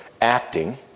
acting